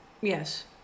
Yes